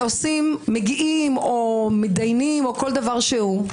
ומידיינים או כל דבר שהוא,